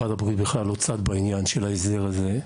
משרד הבריאות בכלל לא צד בעניין של ההסדר הזה.